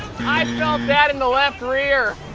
i mean um that in the left rear!